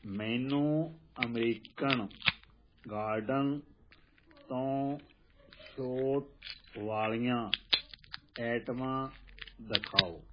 ਮੈਨੂੰ American garden ਤੋਂ ਛੋਟ ਵਾਲੀਆਂ ਆਈਟਮਾਂ ਦਿਖਾਓ